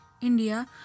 India